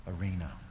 arena